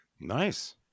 Nice